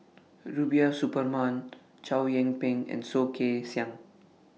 Rubiah Suparman Chow Yian Ping and Soh Kay Siang